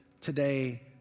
today